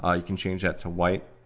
ah you can change that to white.